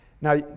Now